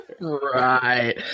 right